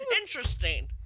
Interesting